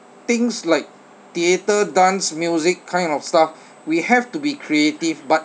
things like theatre dance music kind of stuff we have to be creative but